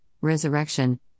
resurrection